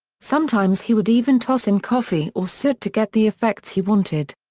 sometimes he would even toss in coffee or soot to get the effects he wanted.